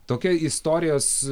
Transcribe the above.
tokia istorijos